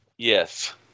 yes